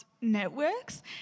Networks